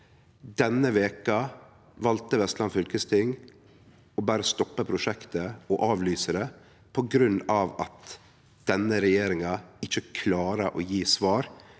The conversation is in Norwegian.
Denne veka valde Vestland fylkesting å berre stoppe prosjektet og avlyse det på grunn av at denne regjeringa ikkje klarer å gje svar